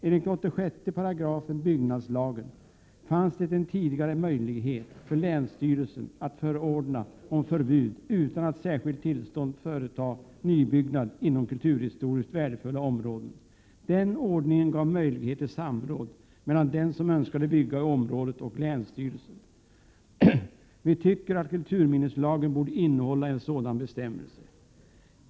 Enligt 86 § byggnadslagen fanns det tidigare en möjlighet för länsstyrelsen att förordna om förbud mot att utan särskilt tillstånd företa nybyggnad inom kulturhistoriskt värdefulla områden. Den ordningen gav möjlighet till samråd mellan den som önskade bygga i området och länsstyrelsen. Vi moderater tycker att kulturminneslagen borde innehålla en sådan bestämmelse.